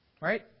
Right